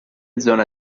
zona